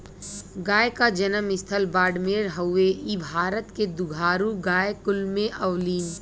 गाय क जनम स्थल बाड़मेर हउवे इ भारत के दुधारू गाय कुल में आवलीन